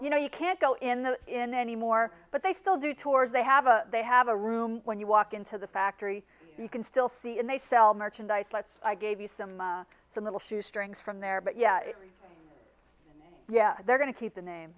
you know you can't go in the in anymore but they still do tours they have a they have a room when you walk into the factory you can still see and they sell merchandise let's i gave you some it's a little shoe strings from there but yeah yeah they're going to keep the